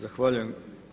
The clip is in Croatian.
Zahvaljujem.